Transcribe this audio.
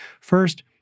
First